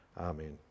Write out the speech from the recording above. Amen